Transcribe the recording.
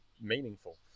meaningful